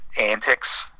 antics